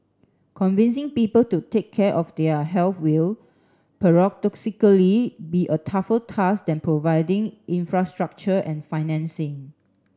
convincing people to take care of their health will paradoxically be a tougher task than providing infrastructure and financing